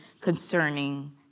concerning